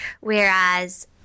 Whereas